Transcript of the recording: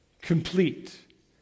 complete